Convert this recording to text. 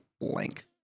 length